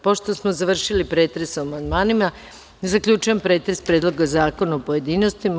Pošto smo završili pretres o amandmanima, zaključujem pretres Predloga zakona u pojedinostima.